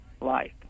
life